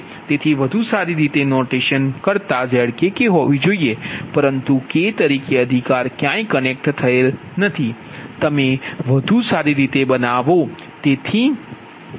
તેથી વધુ સારી રીતે નોટેશન માં Zkk હોવી જોઈએપરંતુ k તરીકે અધિકાર ક્યાંય કનેક્ટ થયેલ નથી તમે વધુ સારી રીતે બનાવો તેથી ZkiZik0 છે